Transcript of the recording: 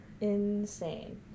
insane